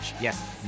yes